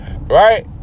right